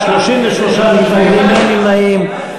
נגד, 33, אין נמנעים.